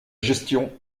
gestion